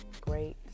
great